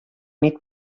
nit